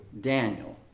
Daniel